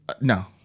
No